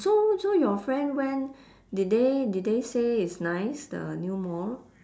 so so your friend went did they did they say it's nice the new mall